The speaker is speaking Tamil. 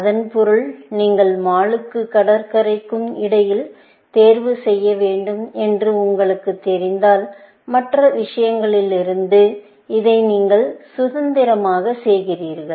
இதன் பொருள் நீங்கள் மாலுக்கும் கடற்கரைக்கும் இடையில் தேர்வு செய்ய வேண்டும் என்று உங்களுக்குத் தெரிந்தால் மற்ற விஷயங்களிலிருந்து இதை நீங்கள் சுதந்திரமாக செய்கிறீர்கள்